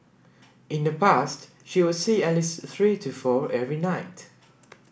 in the past she would see at least three to four every night